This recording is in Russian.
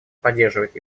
поддерживает